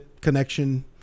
connection